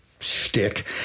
shtick